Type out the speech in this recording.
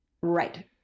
Right